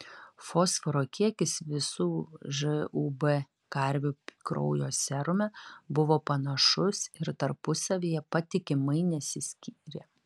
fosforo kiekis visų žūb karvių kraujo serume buvo panašus ir tarpusavyje patikimai nesiskyrė